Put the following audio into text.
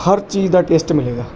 ਹਰ ਚੀਜ਼ ਦਾ ਟੇਸਟ ਮਿਲੇਗਾ